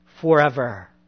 forever